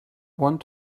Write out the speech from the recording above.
want